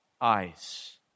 eyes